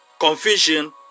confusion